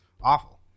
awful